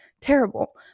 terrible